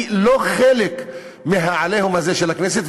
אני לא חלק מה"עליהום" הזה על הכנסת,